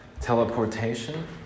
teleportation